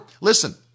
Listen